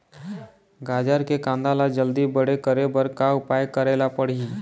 गाजर के कांदा ला जल्दी बड़े करे बर का उपाय करेला पढ़िही?